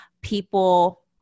People